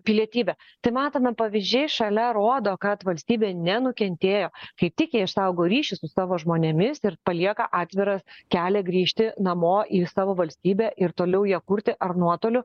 pilietybę tai matome pavyzdžiai šalia rodo kad valstybė nenukentėjo kaip tik ji išsaugo ryšį su savo žmonėmis ir palieka atvirą kelią grįžti namo į savo valstybę ir toliau ją kurti ar nuotoliu